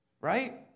right